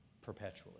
perpetually